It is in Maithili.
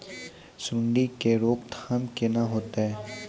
सुंडी के रोकथाम केना होतै?